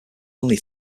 only